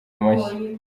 mashyi